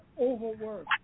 overwork